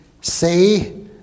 say